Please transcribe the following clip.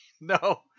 No